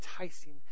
enticing